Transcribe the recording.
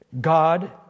God